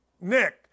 Nick